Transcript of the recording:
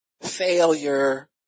failure